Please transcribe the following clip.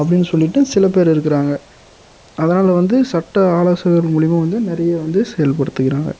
அப்படின் சொல்லிவிட்டு சில பேரு இருக்கிறாங்க அதனால் வந்து சட்ட ஆலோசகர் மூலிமா வந்து நிறைய வந்து செயல்படுத்துகிறாங்க